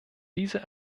diese